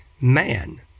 man